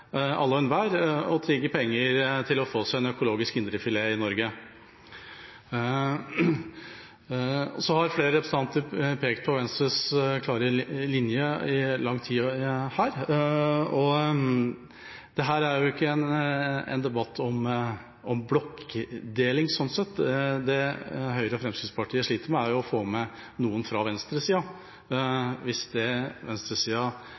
alle og enhver å tigge penger for å få seg en økologisk indrefilet i Norge. Flere representanter har pekt på Venstres klare linje i lang tid. Dette er ikke en debatt om blokkdeling. Det Høyre og Fremskrittspartiet sliter med, er å få med noen fra venstresida for å få flertall – hvis venstresida er Senterpartiet, Arbeiderpartiet eller SV. Nå skjer ikke det i dag. Det er